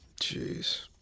Jeez